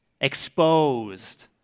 exposed